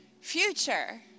future